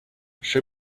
show